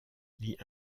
lit